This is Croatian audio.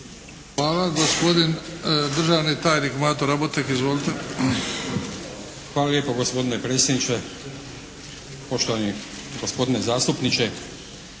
Hvala. Gospodine državni tajnik Mato Raboteg. Izvolite! **Raboteg, Mate** Hvala lijepo gospodine predsjedniče. Poštovani gospodine zastupniče!